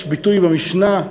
יש ביטוי במשנה,